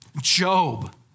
Job